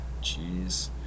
jeez